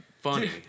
funny